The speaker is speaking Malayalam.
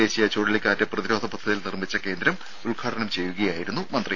ദേശീയ ചുഴലിക്കാറ്റ് പ്രതിരോധ പദ്ധതിയിൽ നിർമ്മിച്ച കേന്ദ്രം ഉദ്ഘാടനം ചെയ്യുകയായിരുന്നു അദ്ദേഹം